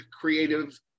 creative